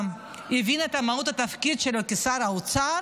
יבין את מהות התפקיד שלו כשר האוצר,